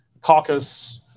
Caucus